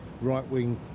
right-wing